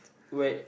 wait